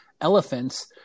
elephants